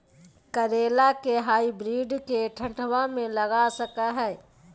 करेला के हाइब्रिड के ठंडवा मे लगा सकय हैय?